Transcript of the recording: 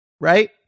Right